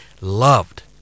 loved